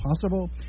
possible